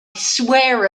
swear